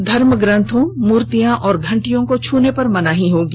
धर्मग्रथों मूर्तियां और घंटियों को छूने पर मनाही होगी